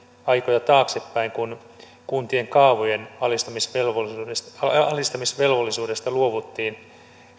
aikoja taaksepäin kun kuntien kaavojen alistamisvelvollisuudesta alistamisvelvollisuudesta luovuttiin